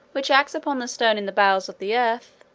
which acts upon the stone in the bowels of the earth,